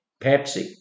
Pepsi